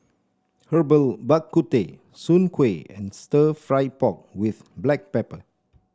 Herbal Bak Ku Teh Soon Kway and stir fry pork with Black Pepper